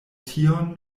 tion